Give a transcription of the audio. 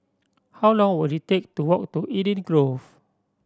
how long will it take to walk to Eden Grove